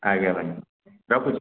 ଆଜ୍ଞା ରଖୁଛି